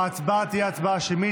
ההצבעה תהיה הצבעה שמית.